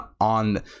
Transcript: on